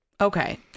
Okay